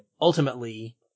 ultimately